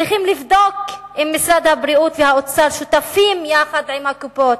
צריכים לבדוק אם משרד הבריאות והאוצר שותפים יחד עם הקופות